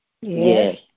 Yes